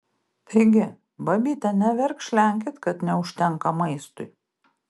taigi babyte neverkšlenkit kad neužtenka maistui